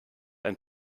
ein